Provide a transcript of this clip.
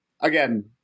Again